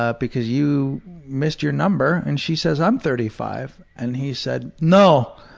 ah because you missed your number and she says, i'm thirty five. and he said, no.